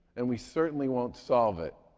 and we certainly won't solve it,